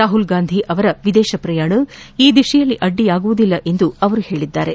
ರಾಹುಲ್ ಗಾಂಧಿ ಅವರ ವಿದೇಶ ಪ್ರಯಾಣ ಈ ದಿಶೆಯಲ್ಲಿ ಅಡ್ಡಿಯಾಗುವುದಿಲ್ಲ ಎಂದು ಅವರು ಹೇಳಿದ್ದಾರೆ